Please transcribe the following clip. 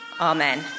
Amen